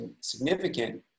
significant